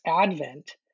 advent